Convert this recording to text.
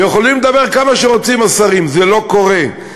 ויכולים לדבר כמה שרוצים, השרים, זה לא קורה.